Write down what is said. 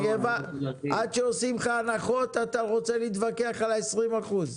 עד שעושים לך הנחות אתה רוצה להתווכח על ה-20%?